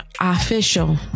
official